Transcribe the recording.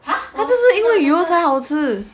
那就是因为油才好吃